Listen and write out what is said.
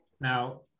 Now